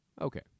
okay